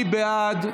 מי בעד?